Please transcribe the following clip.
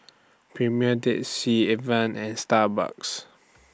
Premier Dead Sea Evian and Starbucks